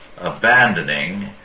abandoning